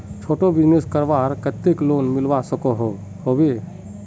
छोटो बिजनेस करवार केते लोन मिलवा सकोहो होबे?